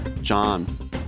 John